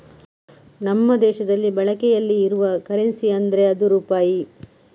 ನಮ್ಮ ದೇಶದಲ್ಲಿ ಬಳಕೆಯಲ್ಲಿ ಇರುವ ಕರೆನ್ಸಿ ಅಂದ್ರೆ ಅದು ರೂಪಾಯಿ